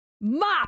Mop